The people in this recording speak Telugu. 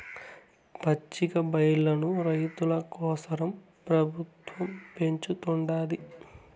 పచ్చికబయల్లను రైతుల కోసరం పెబుత్వం పెంచుతుండాది